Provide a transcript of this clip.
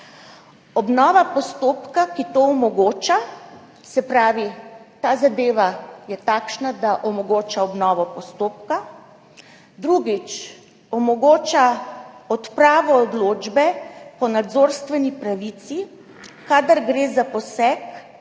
obnova postopka, ki to omogoča, se pravi, ta zadeva je takšna, da omogoča obnovo postopka. Drugič, omogoča odpravo odločbe po nadzorstveni pravici, kadar gre za poseg